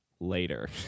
later